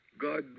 God